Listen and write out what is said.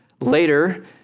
Later